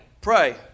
Pray